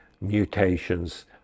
mutations